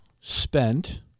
spent